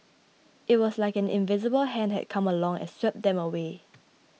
it was like an invisible hand had come along and swept them away